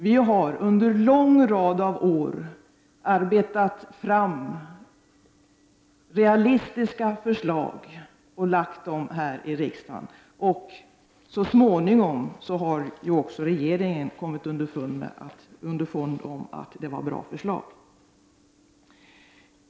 Vi har under en lång rad av år arbetat fram realistiska förslag och lagt fram dem här i riksdagen, och så småningom har ju också regeringen kommit underfund om att det var bra förslag.